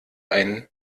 ein